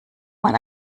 man